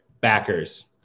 Backers